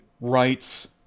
rights